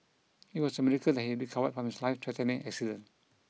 it was a miracle that he recovered from his life threatening accident